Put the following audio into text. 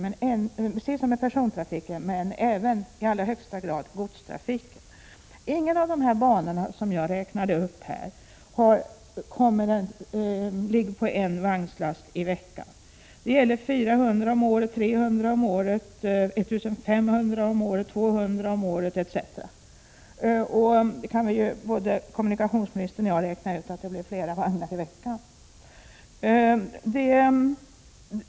Det gäller persontrafiken men även i allra högsta grad godstrafiken. På ingen av de banor som jag räknade upp är godsmängden så liten som en vagnslast i veckan. Det gäller 400 vagnslaster om året, 300 om året, 1500 om året, 200 om året etc., och både kommunikationsministern och jag kan då räkna ut att det blir flera vagnar i veckan.